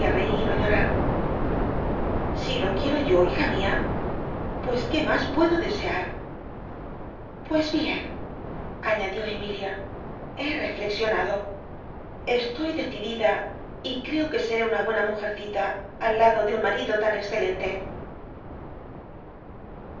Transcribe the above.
reil ó llo at si lo quieto yo hija mia pues qué mas puedo desear pue bien aiiadió emilia he rellexionado estoy decidida y creo que seré una buena mujercita al lado de un matido tan excelente